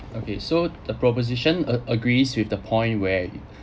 okay so the proposition a~ agrees with the point where